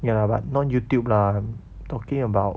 ya but not YouTube lah talking about